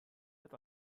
hat